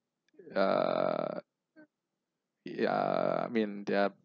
uh yeah I mean they are